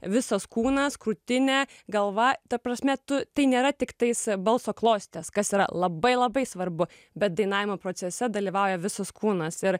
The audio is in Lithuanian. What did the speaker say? visas kūnas krūtinė galva ta prasme tu tai nėra tiktais balso klostės kas yra labai labai svarbu bet dainavimo procese dalyvauja visas kūnas ir